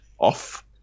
off